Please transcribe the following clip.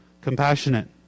compassionate